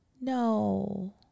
No